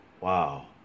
Wow